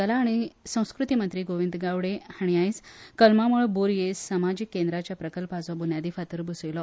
कला संस्कृती मंत्री गोविंद गावडे हांणी आयज कलमा मळ बोरये समाजिक केंद्राच्या प्रकल्पाचो बूनियादी फातर बसयलो